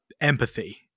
empathy